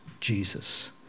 Jesus